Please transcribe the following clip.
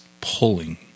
pulling